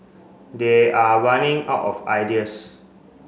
they are running out of ideas